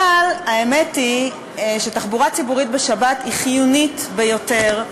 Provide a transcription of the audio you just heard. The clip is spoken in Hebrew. אבל האמת היא שתחבורה ציבורית בשבת היא חיונית ביותר,